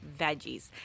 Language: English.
veggies